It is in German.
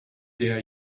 der